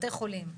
בתי חולים,